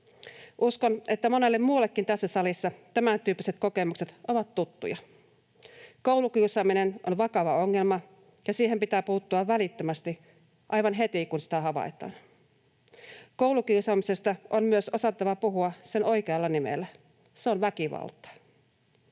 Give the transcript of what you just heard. Uskon, että monelle muullekin tässä salissa tämäntyyppiset kokemukset ovat tuttuja. Koulukiusaaminen on vakava ongelma, ja siihen pitää puuttua välittömästi, aivan heti, kun sitä havaitaan. Koulukiusaamisesta on myös osattava puhua sen oikealla nimellä: se on väkivaltaa.